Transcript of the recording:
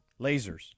Lasers